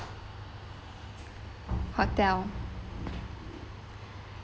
hotel